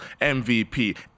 MVP